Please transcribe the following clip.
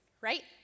Right